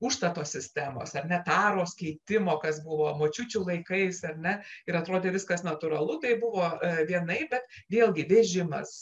užstato sistemos ar ne taros keitimo kas buvo močiučių laikais ar ne ir atrodė viskas natūralu tai buvo vienaip bet vėlgi vežimas